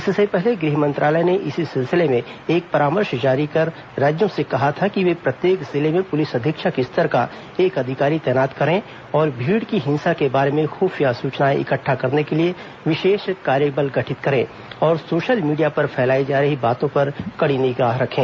इससे पहले गृह मंत्रालय ने इसी सिलसिले में एक परामर्श जारी कर राज्यों से कहा था कि वे प्रत्येक जिले में पुलिस अधीक्षक स्तर का एक अधिकारी तैनात करें और भीड़ की हिंसा के बारे में खुफिया सूचनाए इकट्टा करने के लिए विशेष कार्य बल गठित करें और सोशल मीडिया पर फैलायी जा रही बातों पर कड़ी निगाह रखें